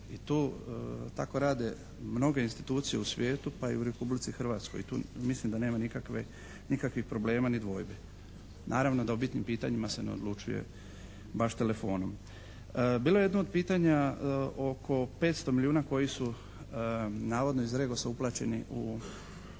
i tu tako rade mnoge institucije u svijetu pa i u Republici Hrvatskoj i tu mislim da nema nikakvih problema ni dvojbe. Naravno da o bitnim pitanjima se ne odlučuje baš telefonom. Bilo je jedno od pitanja oko 500 milijuna koji su navodno iz REGOS-a uplaćeni u